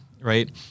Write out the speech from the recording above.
Right